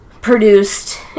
produced